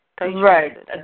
Right